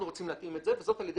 אנחנו רוצים להתאים את זה וזאת על ידי